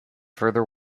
further